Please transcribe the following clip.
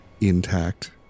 intact